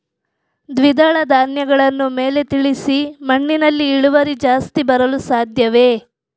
ದ್ವಿದಳ ಧ್ಯಾನಗಳನ್ನು ಮೇಲೆ ತಿಳಿಸಿ ಮಣ್ಣಿನಲ್ಲಿ ಇಳುವರಿ ಜಾಸ್ತಿ ಬರಲು ಸಾಧ್ಯವೇ?